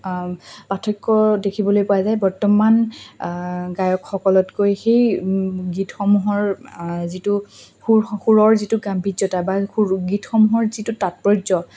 পাৰ্থক্য দেখিবলৈ পোৱা যায় বৰ্তমান গায়কসকলতকৈ সেই গীতসমূহৰ যিটো সুৰ সুৰৰ যিটো গাম্ভীৰ্য্যতা বা সুৰৰ গীতসমূহৰ যিটো তৎপৰ্য